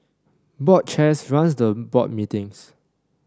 board chairs run the board meetings